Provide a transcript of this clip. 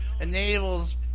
enables